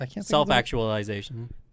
Self-actualization